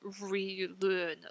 relearn